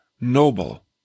noble